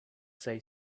say